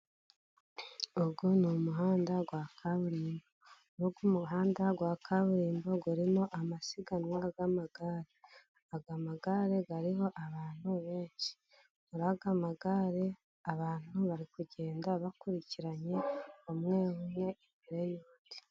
Uyu ni umuhanda rwa kaburimbo, muruyu mu handa wa kaburimbo, harimo amasiganwa y'amagare, aya magare ariho abantu benshi, muraya magare abantu bari kugenda bakurikiranye, umwe umwe imbere y'ubundi.